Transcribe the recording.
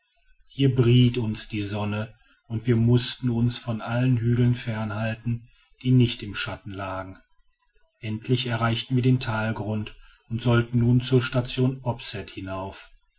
hier briet uns die sonne und wir mußten uns von allen hügeln fernhalten die nicht im schatten lagen endlich erreichten wir den talgrund und sollten nun zur station opset hinauf